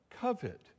covet